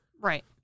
right